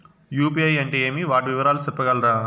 UPI అంటే ఏమి? వాటి వివరాలు సెప్పగలరా?